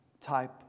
type